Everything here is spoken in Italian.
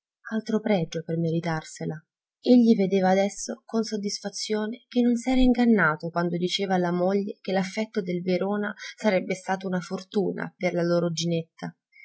altro pregio per meritarsela egli vedeva adesso con soddisfazione che non s'era ingannato quando diceva alla moglie che l'affetto del verona sarebbe stato una fortuna per la loro ginetta